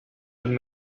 been